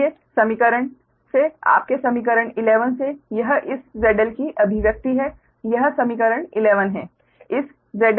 इसलिए समीकरण से आपके समीकरण 11 से यह इस ZL की अभिव्यक्ति है यह समीकरण 11 है